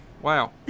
Wow